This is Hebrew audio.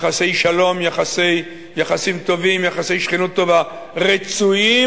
יחסי שלום, יחסים טובים, יחסי שכנות טובה רצויים.